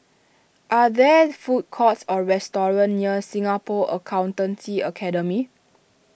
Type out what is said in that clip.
are there food courts or restaurants near Singapore Accountancy Academy